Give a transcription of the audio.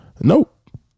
Nope